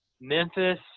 Memphis